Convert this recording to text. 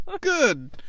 Good